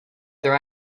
there